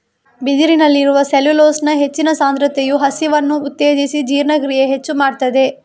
ಬಿದಿರಿನಲ್ಲಿರುವ ಸೆಲ್ಯುಲೋಸ್ನ ಹೆಚ್ಚಿನ ಸಾಂದ್ರತೆಯು ಹಸಿವನ್ನ ಉತ್ತೇಜಿಸಿ ಜೀರ್ಣಕ್ರಿಯೆ ಹೆಚ್ಚು ಮಾಡ್ತದೆ